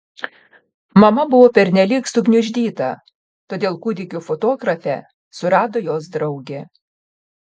mama buvo pernelyg sugniuždyta todėl kūdikių fotografę surado jos draugė